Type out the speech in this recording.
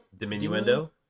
Diminuendo